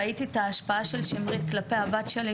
אני ראיתי את ההשפעה של שמרית כלפיי הבת שלי,